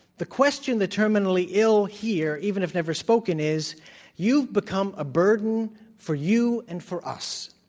the question the terminally ill hear, even if never spoken, is you've become a burden for you and for us.